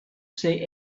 say